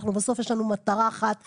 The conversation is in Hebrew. בסוף יש לנו מטרה אחת ראשית,